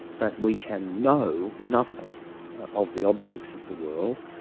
that we can know nothing of the objects of the world,